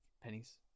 pennies